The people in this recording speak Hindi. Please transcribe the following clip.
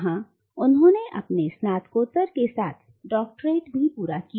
वहां उन्होंने अपने स्नातकोत्तर के साथ डॉक्टरेट भी पूरा किया